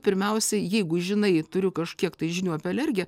pirmiausia jeigu žinai turiu kažkiek tai žinių apie alergiją